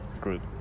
group